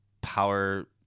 power